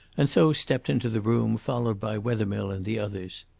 and so stepped into the room, followed by wethermill and the others.